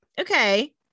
Okay